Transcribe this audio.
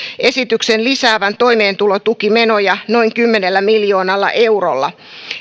esityksen lisäävän toimeentulotukimenoja noin kymmenellä miljoonalla eurolla